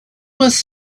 was